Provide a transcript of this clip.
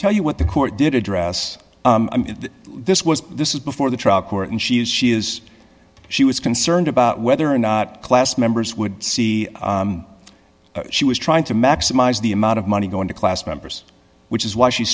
tell you what the court did address this was this is before the trial court and she is she is she was concerned about whether or not class members would see she was trying to maximize the amount of money going to class members which is why she